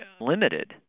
limited